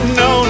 no